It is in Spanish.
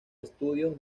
estudios